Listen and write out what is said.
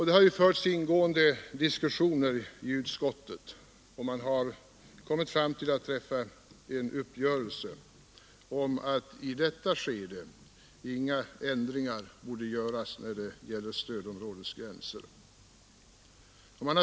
Det har förts ingående diskussioner i utskottet, och man har kommit fram till en uppgörelse om att i detta skede inga ändringar bör göras när det gäller stödområdesgränser.